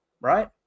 right